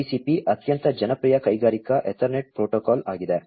Modbus TCP ಅತ್ಯಂತ ಜನಪ್ರಿಯ ಕೈಗಾರಿಕಾ ಎತರ್ನೆಟ್ ಪ್ರೋಟೋಕಾಲ್ ಆಗಿದೆ